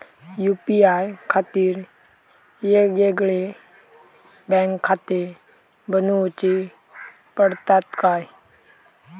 UPI खातीर येगयेगळे बँकखाते बनऊची पडतात काय?